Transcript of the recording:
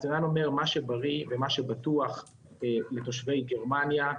הרציונל אומר שמה שבריא ומה שבטוח לתושבי גרמניה,